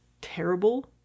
terrible